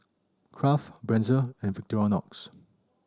Kraft Breezer and Victorinox